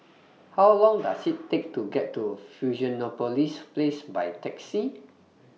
How Long Does IT Take to get to Fusionopolis Place By Taxi